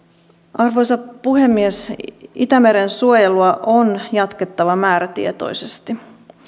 arvoisa puhemies itämeren suojelua on jatkettava määrätietoisesti